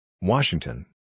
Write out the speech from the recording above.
Washington